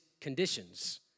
conditions